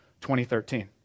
2013